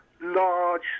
large